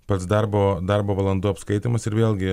pats darbo darbo valandų apskaitymas ir vėlgi